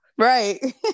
right